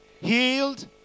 healed